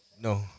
No